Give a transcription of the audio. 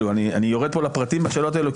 אני יורד פה לפרטים בשאלות האלו,